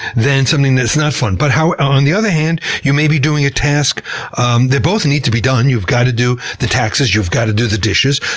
than something that's not fun. but on the other hand, you may be doing a task um they both need to be done you've got to do the taxes, you've got to do the dishes.